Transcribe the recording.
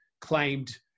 claimed